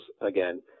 again